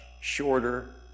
shorter